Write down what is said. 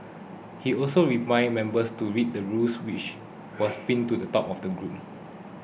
he also reminded members to read the rules which was pinned to the top of the group